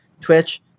Twitch